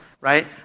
right